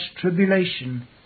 tribulation